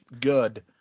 good